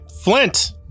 flint